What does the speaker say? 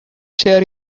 share